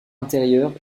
intérieures